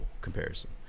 comparison